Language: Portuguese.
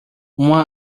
uma